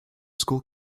school